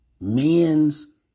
man's